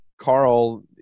carl